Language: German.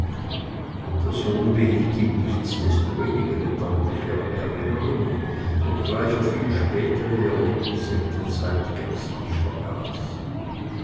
der sohn behielt ihn nichtsdestoweniger in deutlicher erinnerung obgleich er viel spätere erlebnisse mit der zeit gänzlich vergaß